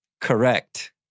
Correct